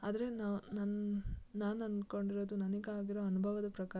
ಆದರೆ ನಾ ನನ್ನ ನಾನು ಅನ್ಕೊಂಡಿರೋದು ನನ್ಗೆ ಆಗಿರೋ ಅನುಭವದ ಪ್ರಕಾರ